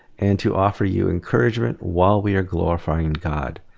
and to offer you encouragement while we are glorifying god,